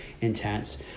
intense